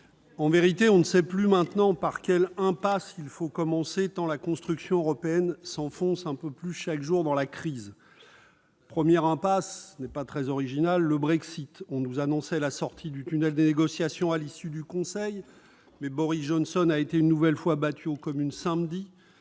En vérité, on ne sait plus par quelle impasse commencer tant la construction européenne s'enfonce un peu plus chaque jour dans la crise ! Première impasse, ce n'est pas très original, le Brexit. On nous annonçait la sortie du tunnel des négociations à l'issue du Conseil, mais Boris Johnson a été une nouvelle fois battu aux Communes samedi.